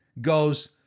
goes